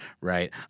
right